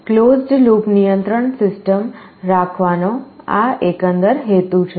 closed loop નિયંત્રણ system રાખવાનો આ એકંદર હેતુ છે